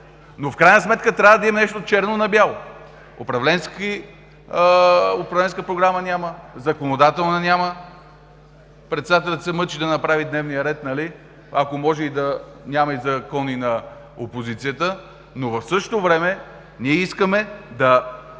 но в крайна сметка трябва да има нещо черно на бяло – управленска програма няма, законодателна няма, председателят се мъчи да направи дневния ред, ако може и да няма закони на опозицията, но в същото време ние искаме да